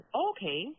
okay